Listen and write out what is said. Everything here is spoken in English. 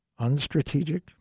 unstrategic